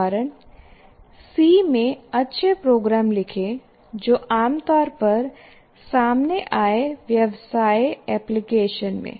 उदाहरण सी में अच्छे प्रोग्राम लिखें जो आमतौर पर सामने आए व्यवसाय एप्लिकेशन में